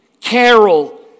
Carol